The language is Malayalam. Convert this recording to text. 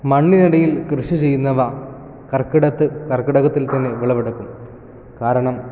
മണ്ണിനടിയിൽ കൃഷി ചെയ്യുന്നവ കർക്കിടത്ത് കർക്കിടകത്തിൽ തന്നെ വിളവെടുക്കും കാരണം